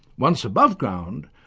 once above ground,